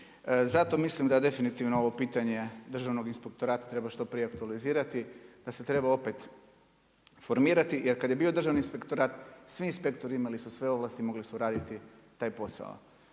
Zato mislim da definitivno ovo pitanje državnog inspektorata treba što prije aktualizirati, da se treba opet formirati jer kada je bio državni inspektorat svi inspektori imali su sve ovlasti, mogli su raditi taj posao.